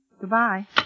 Goodbye